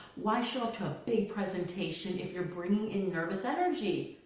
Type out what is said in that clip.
why show up to a big presentation if you're bringing in nervous energy.